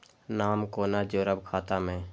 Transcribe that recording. नाम कोना जोरब खाता मे